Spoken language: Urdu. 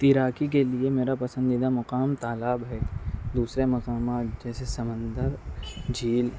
تیراکی کے لئے میرا پسندیدہ مقام تالاب ہے دوسرے مقامات جیسے سمندر جھیل